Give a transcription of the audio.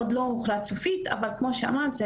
עוד לא הוחלט סופית אבל כמו שאמרת,